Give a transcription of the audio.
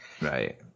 Right